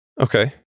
Okay